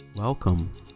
Welcome